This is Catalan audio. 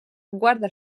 guarda